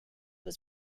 was